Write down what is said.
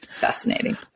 fascinating